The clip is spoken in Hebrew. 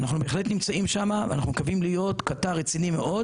אנחנו בהחלט נמצאים שמה ואנחנו מקווים להיות קטר רציני מאוד